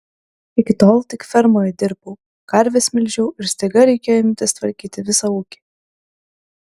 iki tol tik fermoje dirbau karves melžiau ir staiga reikėjo imtis tvarkyti visą ūkį